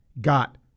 got